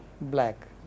black